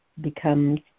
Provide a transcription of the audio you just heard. becomes